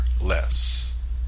less